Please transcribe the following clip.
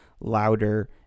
louder